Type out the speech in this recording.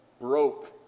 broke